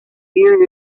ear